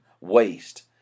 waste